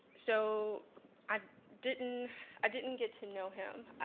so i didn't i didn't get to know him.